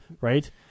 right